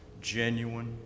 genuine